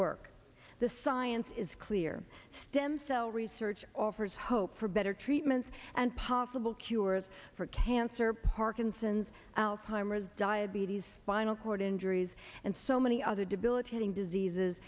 work the science is clear stem cell research offers hope for better treatments and possible cures for cancer parkinson's alzheimer's diabetes spinal cord injuries and so many other debilitating diseases